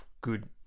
good